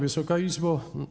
Wysoka Izbo!